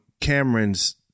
Cameron's